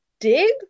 dig